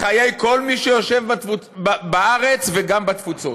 לחיי כל מי שיושב בארץ, וגם בתפוצות.